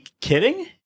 kidding